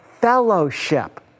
fellowship